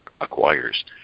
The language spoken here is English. acquires